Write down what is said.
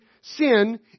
sin